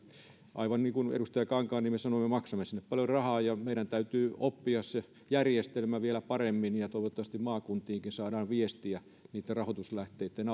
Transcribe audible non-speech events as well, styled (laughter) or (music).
aivan niin kuin edustaja kankaanniemi sanoi me maksamme sinne paljon rahaa ja meidän täytyy oppia se järjestelmä vielä paremmin toivottavasti maakuntiinkin saadaan viestiä niiden rahoituslähteitten (unintelligible)